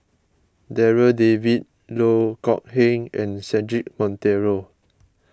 Darryl David Loh Kok Heng and Cedric Monteiro